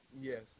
Yes